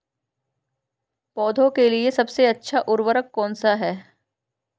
पौधों के लिए सबसे अच्छा उर्वरक कौनसा हैं?